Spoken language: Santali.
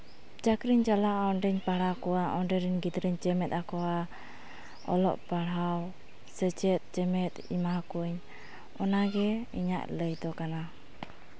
ᱪᱟᱹᱠᱨᱤᱧ ᱪᱟᱞᱟᱜᱼᱟ ᱚᱸᱰᱮᱧ ᱯᱟᱲᱦᱟᱣ ᱠᱚᱣᱟ ᱚᱸᱰᱮ ᱨᱮᱱ ᱜᱤᱫᱽᱨᱟᱹᱧ ᱪᱮᱢᱮᱫ ᱟᱠᱚᱣᱟ ᱚᱞᱚᱜ ᱯᱟᱲᱦᱟᱣ ᱥᱮᱪᱮᱫ ᱪᱮᱢᱮᱫ ᱮᱢᱟ ᱠᱚᱣᱟᱧ ᱚᱱᱟᱜᱮ ᱤᱧᱟᱹᱜ ᱞᱟᱹᱭ ᱫᱚ ᱠᱟᱱᱟ